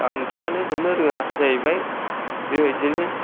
ओंख्रिआनो जोबनो रोङा जाहैबाय बेबायदिनो